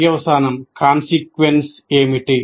పర్యవసానం ఏమిటి